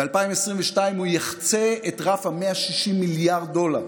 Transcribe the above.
וב-2022 הוא יחצה את רף ה-160 מיליארד דולר.